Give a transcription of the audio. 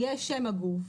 יש שם הגוף,